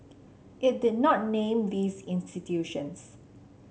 it did not name these institutions